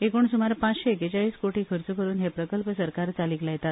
एकूण सुमार पाचशे एकेचाळीस कोटी खर्च करुन हे प्रकल्प सरकार चालीक लायतात